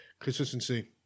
consistency